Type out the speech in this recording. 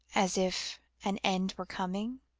as if an end were coming?